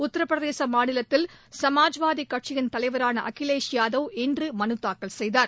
உத்திரபிரதேசமாநிலத்தில் சமாஜ்வாதிகட்சியின் தலைவரானஅகிலேஷ் யாதவ் இன்றுமனுதாக்கல் செய்தார்